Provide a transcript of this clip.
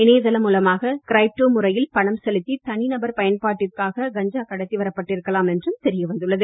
இணையதளம் மூலமாக க்ரிப்டோ முறையில் பணம் செலுத்தி தனிநபர் பயன்பாட்டிற்காக கஞ்சா கடத்திவரப் பட்டிருக்கலாம் என்றும் தெரிய வந்துள்ளது